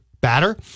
batter